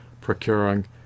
procuring